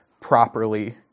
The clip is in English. properly